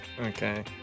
Okay